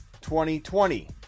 2020